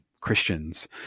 christians